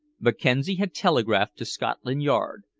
mackenzie had telegraphed to scotland yard,